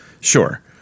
Sure